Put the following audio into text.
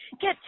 get